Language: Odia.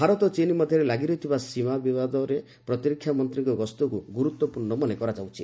ଭାରତ ଚୀନ୍ ମଧ୍ୟରେ ଲାଗିରହିଥିବା ସୀମା ସମସ୍ୟା କାଳରେ ପ୍ରତିରକ୍ଷାମନ୍ତ୍ରୀଙ୍କ ଗସ୍ତକୁ ଗୁରୁତ୍ୱପୂର୍ଣ୍ଣ ମନେକରାଯାଉଛି